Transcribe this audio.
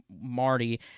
Marty